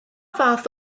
fath